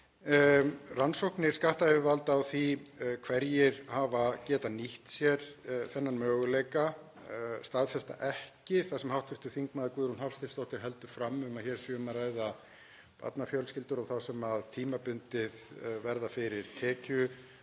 Rannsóknir skattyfirvalda á því hverjir hafa getað nýtt sér þennan möguleika staðfesta ekki það sem hv. þm. Guðrún Hafsteinsdóttir heldur fram, að hér sé um að ræða barnafjölskyldur og þá sem tímabundið verða fyrir